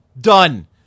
done